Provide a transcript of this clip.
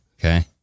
okay